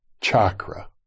chakra